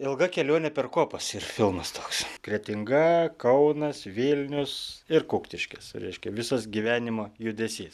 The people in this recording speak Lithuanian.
ilga kelionė per kopas yr filmas toks kretinga kaunas vilnius ir kuktiškės reiškia visas gyvenimo judesys